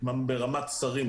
ברמת שרים,